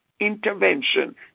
intervention